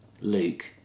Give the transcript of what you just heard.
Luke